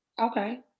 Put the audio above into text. Okay